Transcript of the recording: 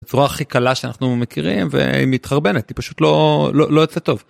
צורה הכי קלה שאנחנו מכירים והיא מתחרבנת היא פשוט לא לא לא יוצא טוב.